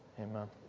Amen